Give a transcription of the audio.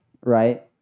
right